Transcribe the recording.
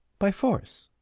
by force